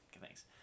thanks